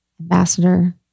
ambassador